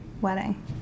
wedding